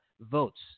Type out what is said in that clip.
votes